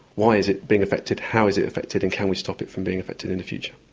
why is it being affected? how is it affected? and can we stop it from being affected in the future?